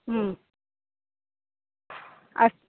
अस्तु